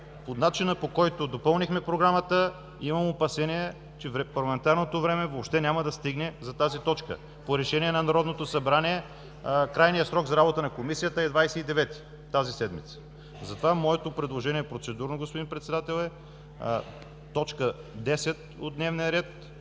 По начина, по който обаче допълнихме Програмата, имам опасения, че парламентарното време въобще няма да стигне за тази точка. По решение на Народно събрание крайният срок за работа на Комисията е 29 юли – тази седмица. Моето процедурно предложение, господин Председател, е точка 10 от дневния ред